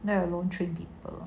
let alone train people